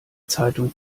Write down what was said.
zeitung